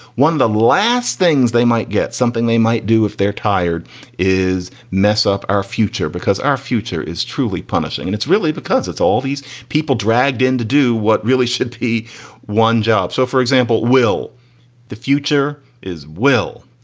one of the last things they might get, something they might do if they're tired is mess up our future because our future is truly punishing. and it's really because it's all these people dragged in to do what really shitty one job. so, for example, will the future is will.